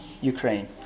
Ukraine